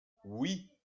oui